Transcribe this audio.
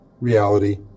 reality